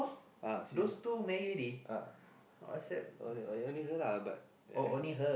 uh she's only only her lah but ya